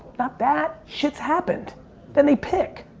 not that, shits happened then they pick.